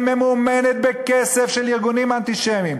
ממומנת בכסף של ארגונים אנטישמיים.